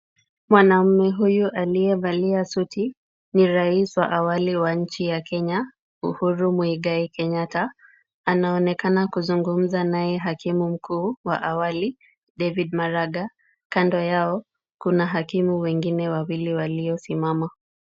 Mwanaume huyu aliyevalia suti ni rais wa awali wa nchi ya Kenya Uhuru Muigai Kenyatta. Anaonekana kuzungumza naye haimu mkuu wa awali David Maraga. Kando yao kuna hakimu wengine wawili waliosimama.